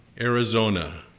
Arizona